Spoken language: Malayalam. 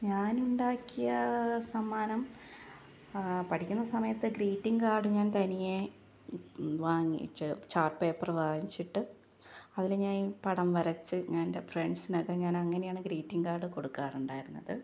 ഞാന് ഉണ്ടാക്കിയ സമ്മാനം പഠിക്കുന്ന സമയത്ത് ഗ്രീറ്റിംഗ് കാര്ഡ് ഞാന് തനിയെ വാങ്ങിച്ച് ചാര്ട്ട് പേപ്പർ വാങ്ങിച്ചിട്ട് അതിൽ ഞാന് പടം വരച്ച് ഞാന് എന്റെ ഫ്രണ്ട്സിനൊക്കെ ഞാന് അങ്ങനെയാണ് ഗ്രീറ്റിംഗ് കാര്ഡ് കൊടുക്കാറുണ്ടായിരുന്നത്